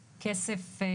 היא מגישה לי כתב כמויות,